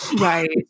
Right